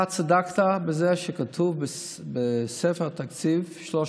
אתה צדקת בזה שכתוב בספר התקציב 300 מיליון,